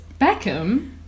Beckham